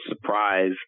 surprise